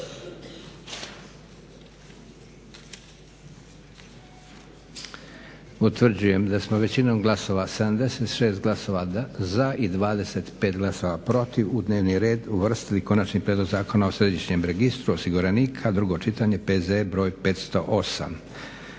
Utvrđujem da smo većinom glasova, 76 glasova za i 25 glasova protiv u dnevni red uvrstili Konačni prijedlog zakona o središnjem registru osiguranika, drugo čitanje, P.Z. br. 508.